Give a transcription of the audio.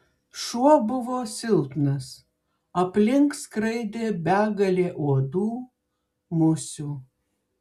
šuo buvo silpnas aplink skraidė begalė uodų musių